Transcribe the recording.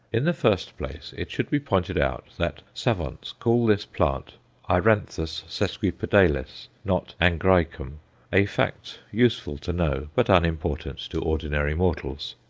in the first place it should be pointed out that savants call this plant aeranthus sesquipedalis, not angraecum a fact useful to know, but unimportant to ordinary mortals.